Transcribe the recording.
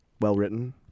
Well-written